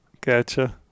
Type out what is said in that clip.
gotcha